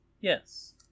Yes